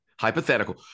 hypothetical